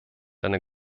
eine